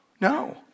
No